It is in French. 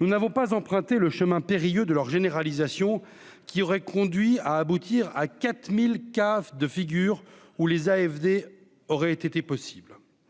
nous n'avons pas emprunter le chemin périlleux de leur généralisation qui aurait conduit à aboutir à quatre mille CAF de figure où les AFD aurait été possible.